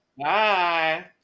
Bye